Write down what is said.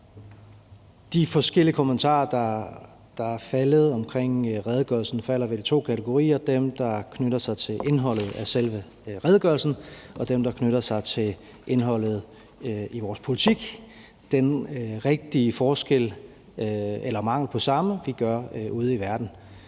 De forskellige kommentarer, der er faldet omkring redegørelsen, falder vel i to kategorier: dem, der knytter sig til indholdet af selve redegørelsen, og dem, der knytter sig til indholdet i vores politik – den rigtige forskel eller mangel på samme, vi gør ude i verden.